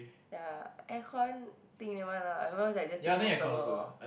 ya air con think never mind lah otherwise I just take portable oh